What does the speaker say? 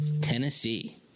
Tennessee